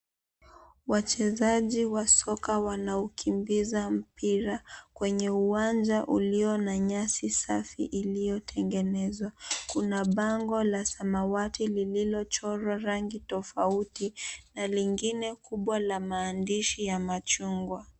Wachezaji wa soka wanaukimbiza mpira kwenye uwanja ulio na nyasi safi iliyotengenezwa. Kuna bango la samawati lililochorwa rangi tofauti na lingine kubwa la maandishi ya machungwa.